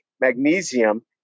magnesium